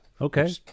Okay